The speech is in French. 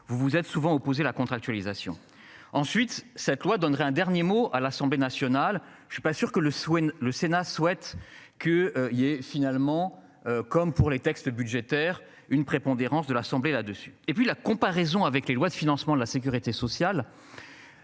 vous vous êtes souvent opposé la contractualisation ensuite cette loi donnerait un dernier mot à l'Assemblée nationale. Je suis pas sûr que le swing, le Sénat souhaite que il y est finalement comme pour les textes budgétaires, une prépondérance de l'Assemblée là-dessus et puis la comparaison avec les lois de financement de la Sécurité sociale.